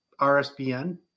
RSBN